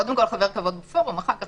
בבקשה.